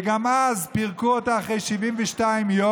וגם אז פירקו אותה אחרי 72 יום,